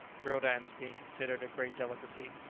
grilled ants being considered a great delicacy.